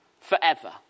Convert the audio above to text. forever